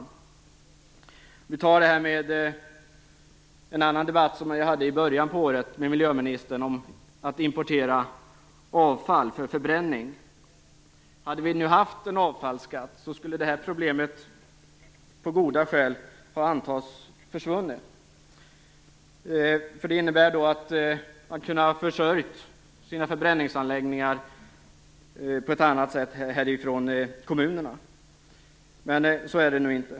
Jag kan ta upp en annan debatt som jag hade miljöministern i början av året. Den handlade om att importera avfall för förbränning. Hade vi nu haft en avfallsskatt, kan man på goda grunder anta att det här problemet hade försvunnit. Då hade kommunerna kunnat försörja sina förbränningsanläggningar på ett annat sätt, men så är det nu inte.